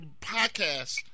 podcast